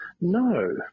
No